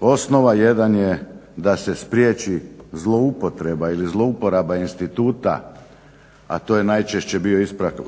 osnova, jedan je da se spriječi zloupotreba ili zlouporaba instituta, a to je najčešće bio